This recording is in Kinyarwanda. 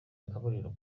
akabariro